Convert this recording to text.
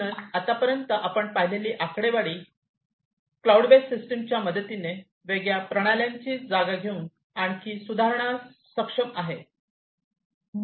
म्हणूनच आत्तापर्यंत आपण पाहिलेली आकडेवारी क्लाउड बेस्ड सिस्टमच्या मदतीने वेगळ्या प्रणाल्यांची जागा घेवून आणखी सुधारण्यास सक्षम आहोत